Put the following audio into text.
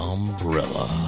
Umbrella